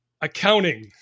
accounting